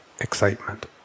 excitement